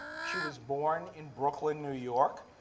she was born in brooklyn, new york.